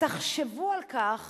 תחשבו על כך